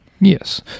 Yes